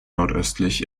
nordöstlich